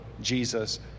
Jesus